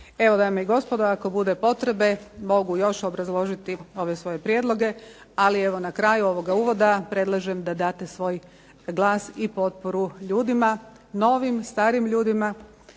Evo, dame i gospodo ako bude potrebe mogu još obrazložiti ove svoje prijedloge ali evo na kraju ovoga uvoda predlažem da date svoj glas i potporu ljudima, novim starim ljudima